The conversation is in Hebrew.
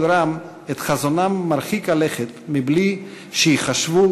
רם את חזונם מרחיק הלכת בלי שייחשבו,